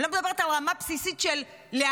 אני לא מדברת על רמה בסיסית של להאיר